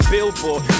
Billboard